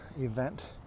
event